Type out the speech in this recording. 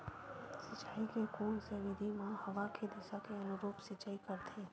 सिंचाई के कोन से विधि म हवा के दिशा के अनुरूप सिंचाई करथे?